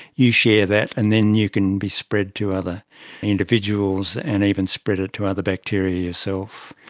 you share that and then you can be spread to other individuals and even spread it to other bacteria so